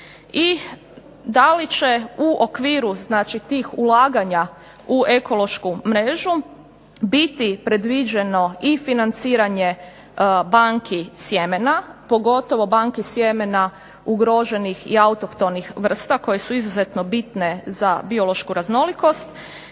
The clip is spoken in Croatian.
i da li će u okviru, znači tih ulaganja u ekološku mrežu biti predviđeno i financiranje banki sjemena pogotovo banki sjemena ugroženih i autohtonih vrsta koje su izuzetno bitne za biološku raznolikost.